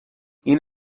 این